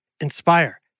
Inspire